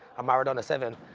a maradona seven.